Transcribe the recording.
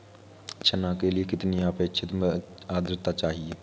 चना के लिए कितनी आपेक्षिक आद्रता चाहिए?